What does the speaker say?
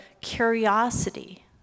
curiosity